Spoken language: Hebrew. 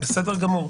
בסדר גמור.